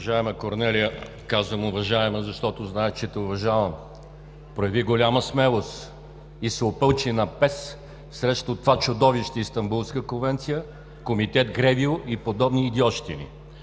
Уважаема Корнелия, казвам „уважаема“, защото знаете, че Ви уважавам, проявихте голяма смелост и се опълчихте на ПЕС срещу това чудовище Истанбулска конвенция, Комитет GREVIO и подобни идиотщини.